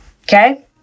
Okay